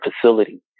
facility